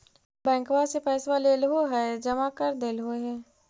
बैंकवा से पैसवा लेलहो है जमा कर देलहो हे?